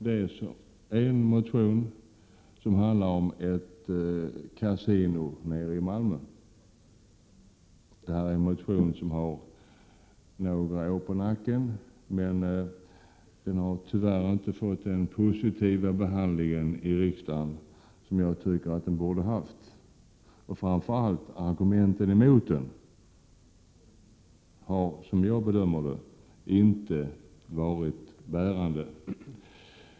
Den ena motionen handlar om ett kasino i Malmö. Denna motion har några år på nacken, men den har tyvärr inte fått den positiva behandling i riksdagen som jag tycker att den borde ha fått. Framför allt har argumenten emot den, som jag bedömer det, inte varit bärande.